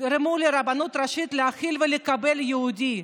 יגרמו לרבנות הראשית להכיל ולקבל יהודי,